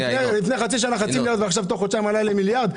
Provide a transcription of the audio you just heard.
איך זה עלה תוך חודשיים מחצי מיליארד למיליארד?